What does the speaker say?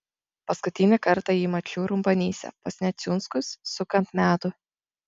paskutinį kartą jį mačiau rumbonyse pas neciunskus sukant medų